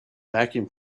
vacuum